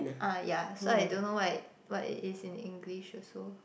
ah ya so I don't know what what it is in English also